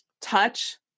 touch